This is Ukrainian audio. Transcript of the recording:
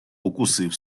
укусив